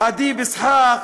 אדיב אסחאק,